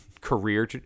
career